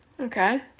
Okay